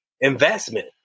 investment